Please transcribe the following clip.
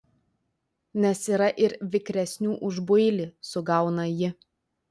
nes yra ir vikresnių už builį sugauna ji